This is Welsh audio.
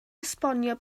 esbonio